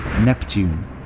Neptune